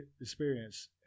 experience